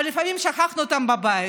אבל לפעמים שכחנו אותן בבית,